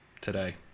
Today